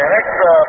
extra